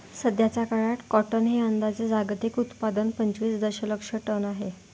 सध्याचा काळात कॉटन हे अंदाजे जागतिक उत्पादन पंचवीस दशलक्ष टन आहे